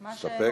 להסתפק?